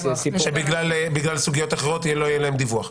שבגלל סוגיות אחרות לא יהיה להם דיווח,